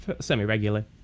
semi-regularly